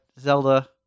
Zelda